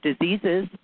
diseases